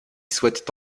souhaitent